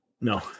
No